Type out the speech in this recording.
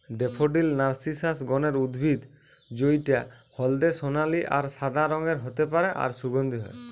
daffodil narcissus গণের উদ্ভিদ জউটা হলদে সোনালী আর সাদা রঙের হতে পারে আর সুগন্ধি হয়